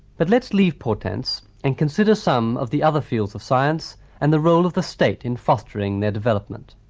but let's leave portents and consider some of the other fields of science, and the role of the state in fostering their development,